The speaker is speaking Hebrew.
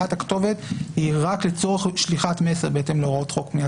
שהעברת הכתובת היא רק לצורך שליחת מסר בהתאם להוראות חוק.